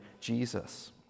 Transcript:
Jesus